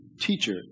Teacher